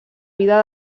vida